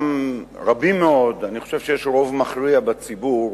שרבים מאוד, אני חושב שיש רוב מכריע בציבור,